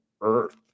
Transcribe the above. Earth